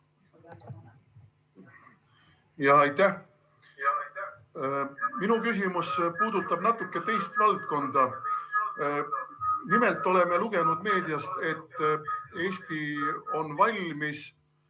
Aitäh! Minu küsimus puudutab natuke teist valdkonda. Nimelt oleme lugenud meediast, et Eesti on valmis